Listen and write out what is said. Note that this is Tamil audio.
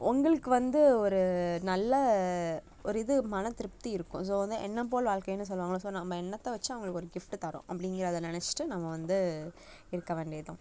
உங்களுக்கு வந்து ஒரு நல்ல ஒரு இது மன திருப்தி இருக்கும் ஸோ வந்து எண்ணம் போல் வாழ்க்கைனு சொல்வாங்கள்லை ஸோ நம்ம எண்ணத்தை வச்சு அவங்களுக்கு ஒரு கிஃப்ட்டு தரோம் அப்படிங்கிறத நினச்சிட்டு நம்ம வந்து இருக்க வேண்டியது தான்